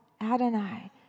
Adonai